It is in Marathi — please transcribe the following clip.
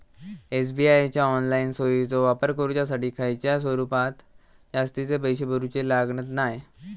एस.बी.आय च्या ऑनलाईन सोयीचो वापर करुच्यासाठी खयच्याय स्वरूपात जास्तीचे पैशे भरूचे लागणत नाय